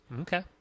Okay